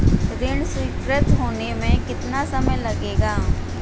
ऋण स्वीकृत होने में कितना समय लगेगा?